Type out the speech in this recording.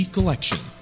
Collection